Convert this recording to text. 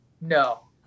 No